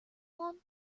one